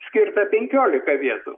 skirta penkiolika vietų